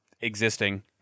existing